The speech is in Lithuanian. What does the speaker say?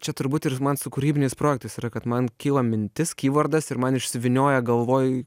čia turbūt ir man su kūrybiniais projektais yra kad man kyla mintis kyvordas ir man išsivynioja galvoj